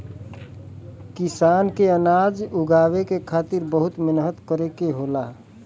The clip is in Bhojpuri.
किसान के अनाज उगावे के खातिर बहुत मेहनत करे के होला